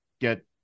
get